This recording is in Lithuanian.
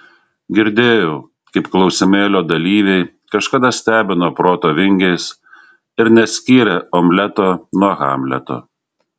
girdėjau kaip klausimėlio dalyviai kažkada stebino proto vingiais ir neskyrė omleto nuo hamleto